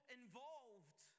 involved